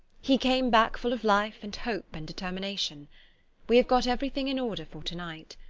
he came back full of life and hope and determination we have got everything in order for to-night.